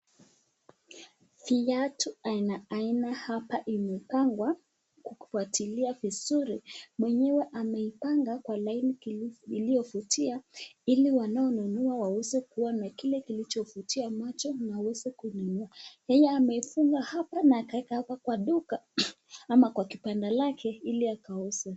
Viatu aina aina hapa imepangwa ikifuatilia vizuri, mwenyewe ameipanga kwa laini iliyovutia ili wanaonunua waweze kuwa na kile kinachovutia macho na weweze kununua, yeye amefunga hapa na akaweka hapa kwa duka ama kwa kibanda lake ili akauze.